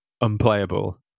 unplayable